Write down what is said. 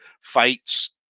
fights